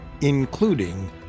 including